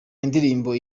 indirimbo